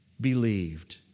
believed